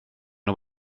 nhw